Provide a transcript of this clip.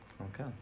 Okay